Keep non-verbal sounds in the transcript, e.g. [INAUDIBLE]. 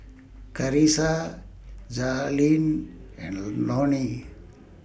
Carisa Jazlyn and [NOISE] Loni